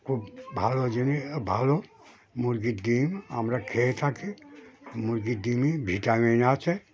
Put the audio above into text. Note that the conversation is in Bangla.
খুব ভালো জিনিস ভালো মুরগির ডিম আমরা খেয়ে থাকি মুরগির ডিমই ভিটামিন আছে